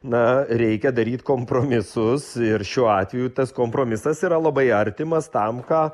na reikia daryti kompromisus ir šiuo atveju tas kompromisas yra labai artimas tam ką